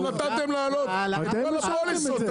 אתם נתתם להעלות את כל הפוליסות.